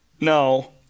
No